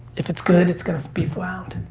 if it's good it's gonna be found.